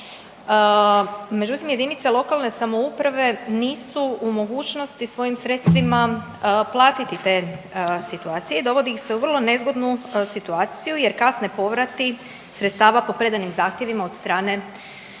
međutim JLS nisu u mogućnosti svojim sredstvima platiti te situacije i dovodi ih se u vrlo nezgodnu situaciju jer kasne povrati sredstava po predanim zahtjevima od strane